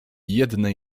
jednej